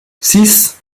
six